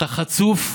אתה חצוף,